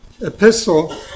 epistle